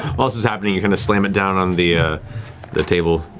while this is happening you kind of slam it down on the ah the table.